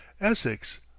Essex